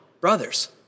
brothers